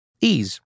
Ease